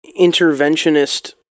interventionist